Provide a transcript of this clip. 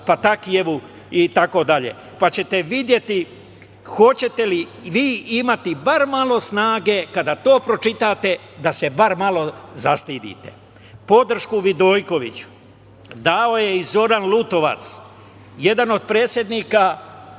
Patakijevu itd, pa ćete videti hoćete li vi imati bar malo snage, kada to pročitate, da se bar malo zastidite. Podršku Vidojkoviću dao je i Zoran Lutovac, jedan od predsednika neke